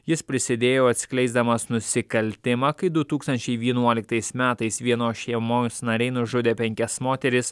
jis prisidėjo atskleisdamas nusikaltimą kai du tūkstančiai vienuoliktais metais vienos šeimos nariai nužudė penkias moteris